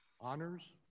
honors